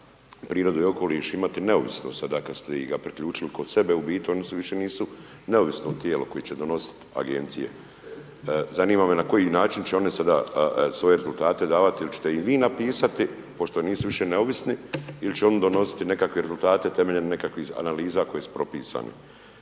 prirodu i okoliš imati neovisnost sada kad ste ih, ga priključili kod sebe, u biti oni više nisu neovisno tijelo koje će donositi, Agencije, zanima me na koji način će one sada svoje rezultate davati ili ćete ih vi napisati, pošto nisu više neovisni ili će oni donositi nekakve rezultate temeljem nekakvih analiza koje su propisane.